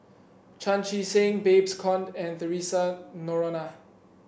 Chan Chee Seng Babes Conde and Theresa Noronha